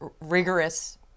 rigorous